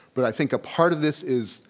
but i think a part of this is.